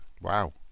Wow